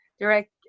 direct